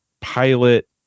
pilot